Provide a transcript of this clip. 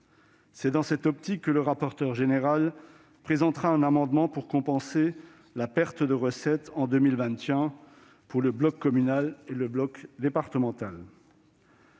C'est dans cette optique que le rapporteur général présentera un amendement tendant à compenser la perte de recettes en 2021 pour le bloc communal et pour le bloc départemental.